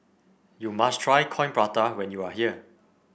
you must try Coin Prata when you are here